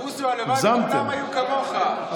בוסו, הלוואי שכולם היו כמוך, חברי.